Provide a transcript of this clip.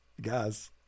Guys